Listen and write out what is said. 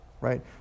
right